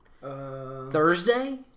Thursday